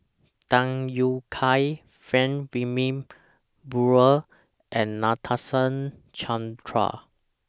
Tham Yui Kai Frank Wilmin Brewer and Nadasen Chandra